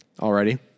already